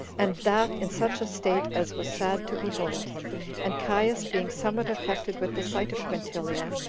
and that in such a state as was sad to behold and caius, being somewhat affected with the sight of quintilia,